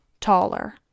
taller